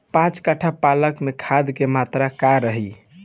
पाँच कट्ठा पालक में खाद के मात्रा का रही?